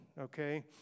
okay